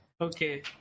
Okay